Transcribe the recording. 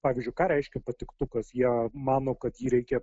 pavyzdžiui ką reiškia patiktukas jie mano kad jį reikia